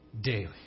daily